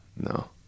no